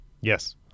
yes